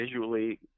visually